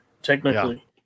Technically